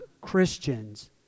Christians